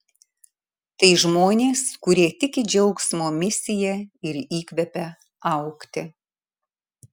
tai žmonės kurie tiki džiaugsmo misija ir įkvepia augti